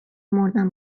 مردن